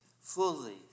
fully